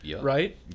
right